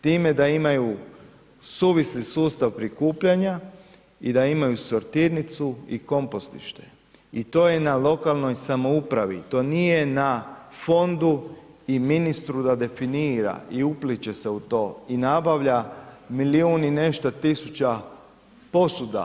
Time da imaju suvisli sustav prikupljanja i da imaju sortirnicu i kompostište i to je na lokalnoj samoupravi, to nije na fondu i ministru da definira i upliće se u to i nabavlja milijun i nešto tisuća posuda.